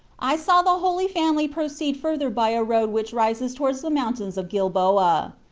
i saw the holy family proceed further by a road which rises towards the moun tains of gilboa.